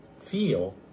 feel